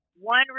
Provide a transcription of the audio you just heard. One